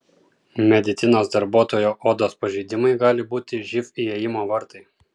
medicinos darbuotojo odos pažeidimai gali būti živ įėjimo vartai